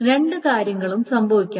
രണ്ട് കാര്യങ്ങളും സംഭവിക്കണം